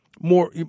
more